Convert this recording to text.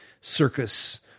Circus